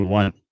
one